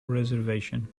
reservation